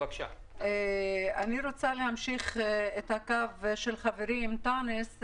אני רוצה להמשיך את הקו של חברי אנטנס.